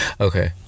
okay